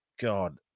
God